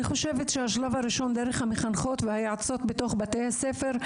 אני חושבת שהשלב הראשון דרך המחנכות והיועצות בתוך בתי הספר,